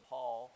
Paul